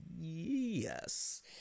yes